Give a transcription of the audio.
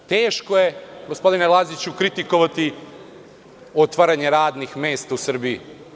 S druge strane, teško je, gospodine Laziću, kritikovati otvaranje radnih mesta u Srbiji.